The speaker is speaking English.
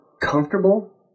comfortable